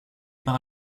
par